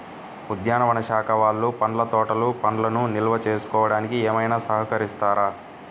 ఉద్యానవన శాఖ వాళ్ళు పండ్ల తోటలు పండ్లను నిల్వ చేసుకోవడానికి ఏమైనా సహకరిస్తారా?